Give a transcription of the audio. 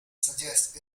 suggest